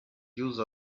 use